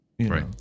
Right